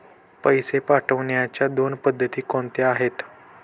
पैसे पाठवण्याच्या दोन पद्धती कोणत्या आहेत?